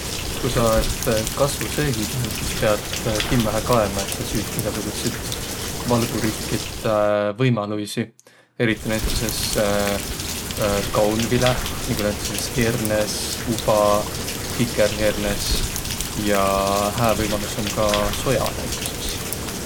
Ku sa olõt kasvosöögi pääl, sis piät kimmähe kaema, et sa süüt egäsugutsit valgurikkit võimaluisi. Eriti näütüses kaunviläq, nigu näütüses hernes, uba, kikerhernes ja hää võimalus om ka soja näütüses.